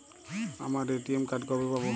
আমার ATM card কবে পাব?